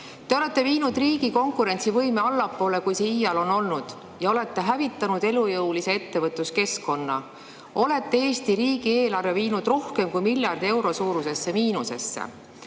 Te olete viinud riigi konkurentsivõime allapoole, kui see iial on olnud, ja olete hävitanud elujõulise ettevõtluskeskkonna. Olete Eesti riigieelarve viinud rohkem kui miljardi euro suurusesse miinusesse.